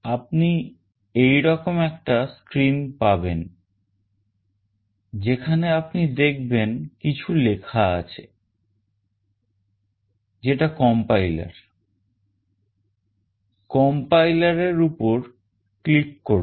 আপনি এই রকম একটা screen পাবেন যেখানে আপনি দেখবেন কিছু লেখা আছে যেটা compiler compiler এর উপর click করুন